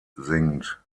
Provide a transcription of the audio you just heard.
singt